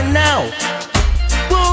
now